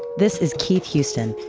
this is keith huston.